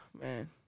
Man